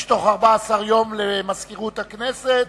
התנגדות בתוך 14 יום למזכירות הכנסת.